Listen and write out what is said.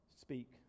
speak